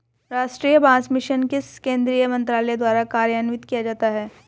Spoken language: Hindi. राष्ट्रीय बांस मिशन किस केंद्रीय मंत्रालय द्वारा कार्यान्वित किया जाता है?